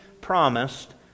promised